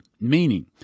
Meaning